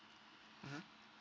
mmhmm